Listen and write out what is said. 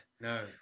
No